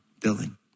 billing